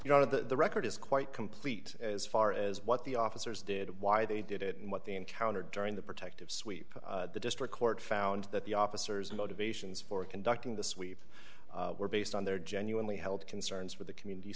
know the record is quite complete as far as what the officers did why they did it and what they encountered during the protective sweep the district court found that the officers motivations for conducting the sweep were based on their genuinely held concerns for the community